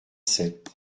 sept